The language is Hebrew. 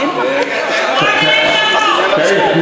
פתאום נוח לכם ירושלים, זה חשוב.